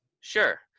Sure